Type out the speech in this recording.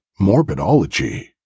morbidology